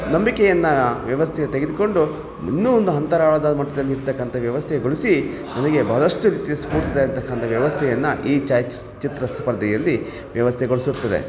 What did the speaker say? ನಂಬಿಕೆಯನ್ನು ವ್ಯವಸ್ಥೆಗೆ ತೆಗೆದುಕೊಂಡು ಇನ್ನೂ ಒಂದು ಅಂತರಾಳದ ಮಟ್ಟದಲ್ಲಿರತಕ್ಕಂಥ ವ್ಯವಸ್ಥೆಗೊಳಿಸಿ ನನಗೆ ಬಹಳಷ್ಟು ರೀತಿಯ ಸ್ಪೂರ್ತಿದಾಯತಕ್ಕಂಥ ವ್ಯವಸ್ಥೆಯನ್ನು ಈ ಛಾಯಾಚಿ ಚಿತ್ರ ಸ್ಪರ್ಧೆಯಲ್ಲಿ ವ್ಯವಸ್ಥೆಗೊಳಿಸುತ್ತದೆ